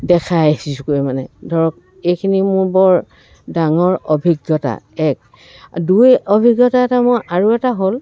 দেখাই আহিছোঁগৈ মানে ধৰক এইখিনি মোৰ বৰ ডাঙৰ অভিজ্ঞতা এক দুই অভিজ্ঞতা এটা মোৰ আৰু এটা হ'ল